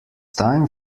time